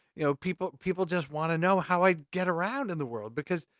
you know, people people just want to know how i get around in the world. because,